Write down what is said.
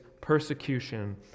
persecution